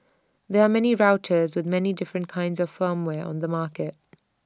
there're many routers with many different kinds of firmware on the market